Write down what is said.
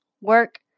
work